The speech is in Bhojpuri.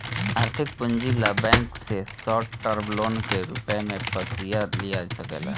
आर्थिक पूंजी ला बैंक से शॉर्ट टर्म लोन के रूप में पयिसा लिया सकेला